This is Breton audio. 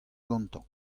gantañ